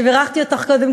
בירכתי אותך קודם,